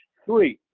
three.